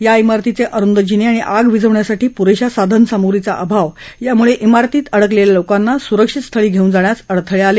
या मिारतीचे अरुंद जिने आणि आग विझवण्यासाठी पुरेशा साधनसाम्रुगीचा अभाव यामुळे मिारतीत अडकलेल्या लोकांना सुरक्षित स्थळी घेऊन जाण्यास अडथळे आले